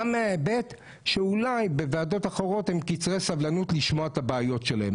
גם מההיבט שאולי בוועדות אחרות הם קצרי סבלנות לשמוע את הבעיות שלהם.